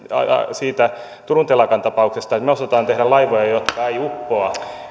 siitä turun telakan tapauksesta että me osaamme tehdä laivoja jotka eivät uppoa